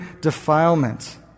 defilement